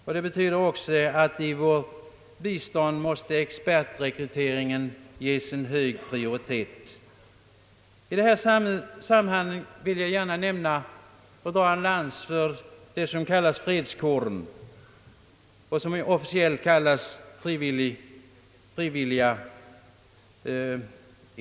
Detta betyder också att expertrekryteringen måste ges hög prioritet i vårt bistånd. I detta sammanhang vill jag gärna dra en lans för de s.k. fredskåristerna, som officiellt benämns frivilligkåren.